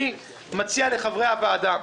אני מציע לחברי הוועדה,